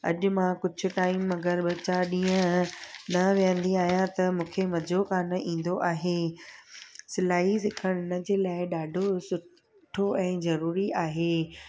अॼु मां कुझु टाइम अगरि ॿ चार ॾींहं न विहंदी आहियां त मूंखे मज़ो कान ईंदो आहे सिलाई सिखणु इन जे लाइ ॾाढो सुठो ऐं ज़रूरी बि आहे